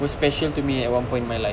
was special to me at one point in my life